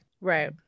Right